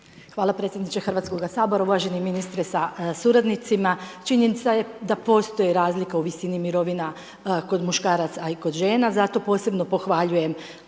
Hvala predsjedniče Hrvatskoga sabora, uvaženi ministre sa suradnicima, činjenica je da postoji razlika u visini mirovina, kod muškaraca i kod žena, zato posebno pohvaljujem